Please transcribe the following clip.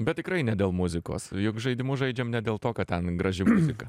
bet tikrai ne dėl muzikos juk žaidimus žaidžiam ne dėl to kad ten graži muzika